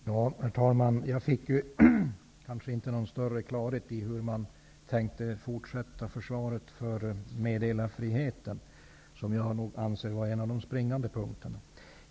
Herr talman! Jag fick inte någon större klarhet i hur man tänker fortsätta försvaret för meddelarfriheten, som jag anser vara en av de springande punkterna.